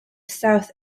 south